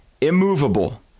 immovable